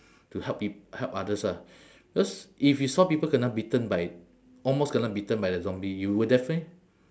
to help p~ help others ah because if you saw people kena bitten by almost kena bitten by the zombie you will definitely